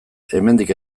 hemendik